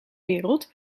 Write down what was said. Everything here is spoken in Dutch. wereld